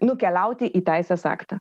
nukeliauti į teisės aktą